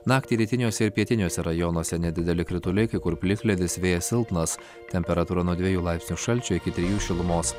naktį rytiniuose ir pietiniuose rajonuose nedideli krituliai kai kur plikledis vėjas silpnas temperatūra nuo dvejų laipsnių šalčio iki trijų šilumos